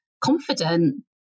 confident